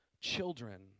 children